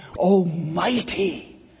almighty